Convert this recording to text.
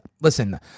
Listen